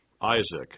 Isaac